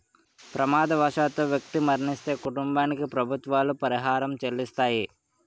ప్రమాదవశాత్తు వ్యక్తి మరణిస్తే కుటుంబానికి ప్రభుత్వాలు పరిహారం చెల్లిస్తాయి